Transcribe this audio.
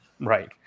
Right